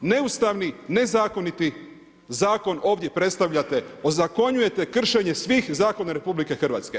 Neustavni, nezakoniti zakon ovdje predstavljate, ozakonjujete kršenje svih zakona RH.